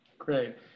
Great